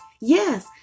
Yes